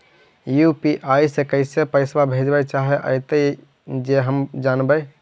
UPI से कैसे पैसा भेजबय चाहें अइतय जे हम जानबय?